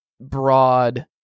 broad